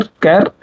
care